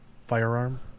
firearm